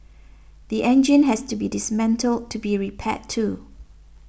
the engine has to be dismantled to be repaired too